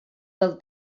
del